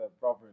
brother